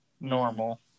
normal